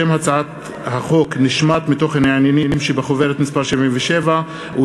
שם הצעת החוק נשמט מתוכן העניינים שבחוברת מס' 771,